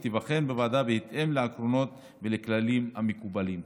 היא תיבחן בוועדה בהתאם לעקרונות ולכללים המקובלים.